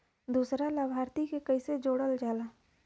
दूसरा लाभार्थी के कैसे जोड़ल जाला?